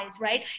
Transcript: right